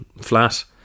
flat